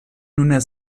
nunmehr